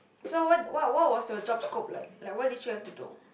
so what what what was your job scope like like what did you have to do